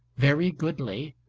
very goodly,